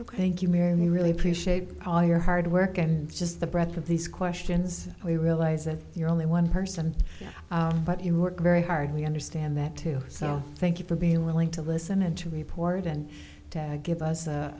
you thank you mary we really appreciate all your hard work and just the breadth of these questions we realize that you're only one person but you work very hard we understand that too so thank you for being willing to listen and to report and to give us a